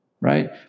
right